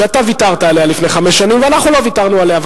שאתה ויתרת עליה לפני חמש שנים ואנחנו לא ויתרנו עליה.